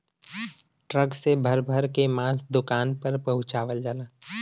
truck से भर भर के मांस दुकान पर पहुंचवाल जाला